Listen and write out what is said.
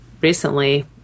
recently